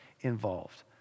involved